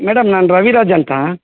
madam ನಾನು ರವಿರಾಜ್ ಅಂತ